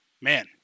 man